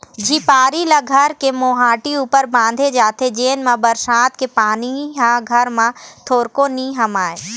झिपारी ल घर के मोहाटी ऊपर बांधे जाथे जेन मा बरसात के पानी ह घर म थोरको नी हमाय